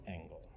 angle